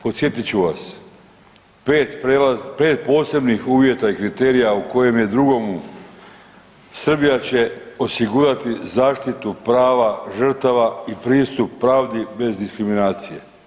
Podsjetit ću vas pet posebnih uvjeta i kriterija u kojem je drugomu Srbija će osigurati zaštitu prava žrtava i pristup pravdi bez diskriminacije.